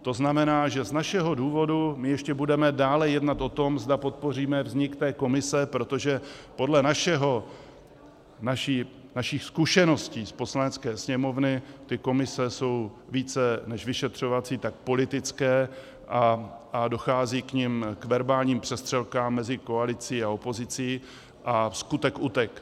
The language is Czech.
To znamená, že z našeho důvodu my ještě budeme dále jednat o tom, zda podpoříme vznik té komise, protože podle našich zkušeností z Poslanecké sněmovny ty komise jsou více než vyšetřovací politické a dochází v nich k verbálním přestřelkám mezi koalicí a opozicí a skutek utek.